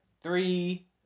three